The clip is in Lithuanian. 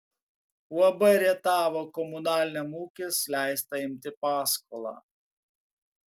uab rietavo komunaliniam ūkis leista imti paskolą